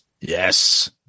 Yes